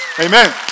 Amen